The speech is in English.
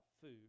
food